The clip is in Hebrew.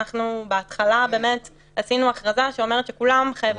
אנחנו בהתחלה באמת עשינו הכרזה שאומרת שכולם חייבים בידוד במלונית.